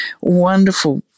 wonderful –